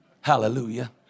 Hallelujah